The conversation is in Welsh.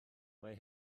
mae